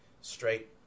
straight